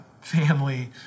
family